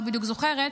לא בדיוק זוכרת,